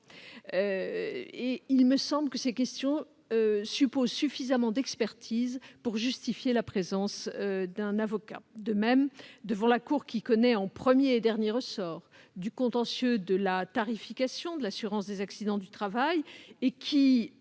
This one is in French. de droit. Ces dernières supposent suffisamment d'expertise pour justifier la présence d'un avocat. De même, devant la cour qui connaît en premier et dernier ressort du contentieux de la tarification de l'assurance des accidents du travail et qui